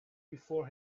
before